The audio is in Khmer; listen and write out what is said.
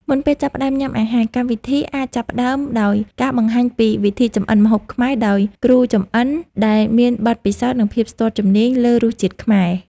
មុនពេលចាប់ផ្ដើមញ៉ាំអាហារ កម្មវិធីអាចចាប់ផ្តើមដោយការបង្ហាញពីវិធីចម្អិនម្ហូបខ្មែរដោយគ្រូចម្អិនដែលមានបទពិសោធន៍ និងភាពស្ទាត់ជំនាញលើរសជាតិខ្មែរ។